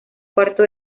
cuarto